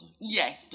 Yes